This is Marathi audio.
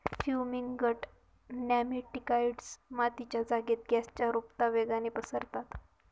फ्युमिगंट नेमॅटिकाइड्स मातीच्या जागेत गॅसच्या रुपता वेगाने पसरतात